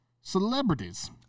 celebrities